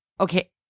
Okay